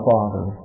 Father